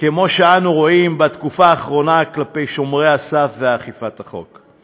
כמו שאנו רואים בתקופה האחרונה כלפי שומרי הסף ואכיפת החוק.